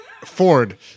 Ford